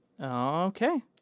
Okay